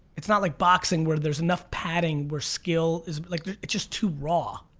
it's not like boxing where there's enough padding. where skill, it's like it's just too raw.